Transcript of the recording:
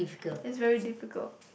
is very difficult